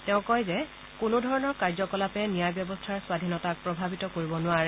তেওঁ কয় যে কোনোধৰণৰ কাৰ্যকলাপে ন্যায় ব্যৱস্থাৰ স্বাধীনতাক প্ৰভাৱিত কৰিব নোৱাৰে